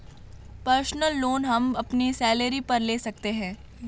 personal loan हम अपनी salary पर ले सकते है